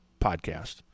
podcast